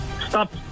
stop